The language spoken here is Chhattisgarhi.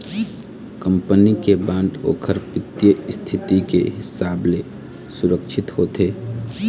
कंपनी के बांड ओखर बित्तीय इस्थिति के हिसाब ले सुरक्छित होथे